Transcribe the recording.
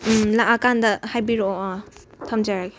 ꯎꯝ ꯂꯥꯛꯑꯀꯥꯟꯗ ꯍꯥꯏꯕꯤꯔꯛꯑꯣ ꯑꯥ ꯊꯝꯖꯔꯒꯦ